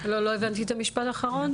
לא הבנתי את המשפט האחרון.